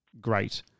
great